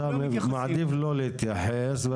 אתה מעדיף לא להתייחס.